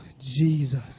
Jesus